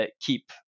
keep